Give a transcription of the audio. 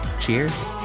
cheers